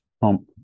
pump